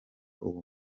uwo